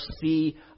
see